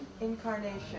incarnation